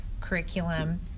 curriculum